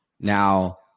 Now